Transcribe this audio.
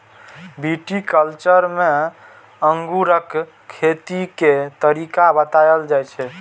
viticulture मे अंगूरक खेती के तरीका बताएल जाइ छै